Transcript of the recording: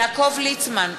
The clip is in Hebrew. (קוראת בשמות חברי הכנסת) יעקב ליצמן,